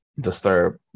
disturb